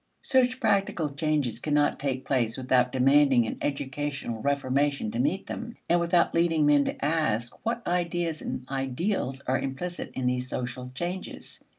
such practical changes cannot take place without demanding an educational reformation to meet them, and without leading men to ask what ideas and ideals are implicit in these social changes,